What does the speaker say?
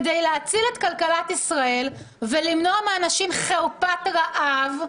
כדי להציל את כלכלת ישראל ולמנוע מאנשים חרפת רעב,